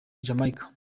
jamaica